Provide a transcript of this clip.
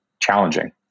challenging